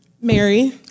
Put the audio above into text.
Mary